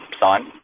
sign